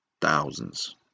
thousands